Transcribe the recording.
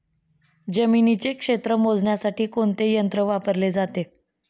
जमिनीचे क्षेत्र मोजण्यासाठी कोणते यंत्र वापरले जाते?